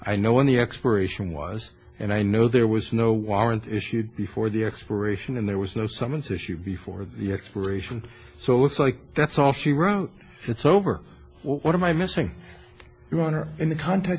i know when the expiration was and i know there was no warrant issued before the expiration and there was no summons issued before the expiration so it's like that's all she wrote it's over what am i missing you honor in